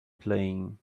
playing